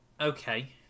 Okay